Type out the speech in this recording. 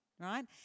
right